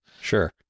Sure